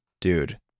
dude